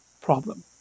problem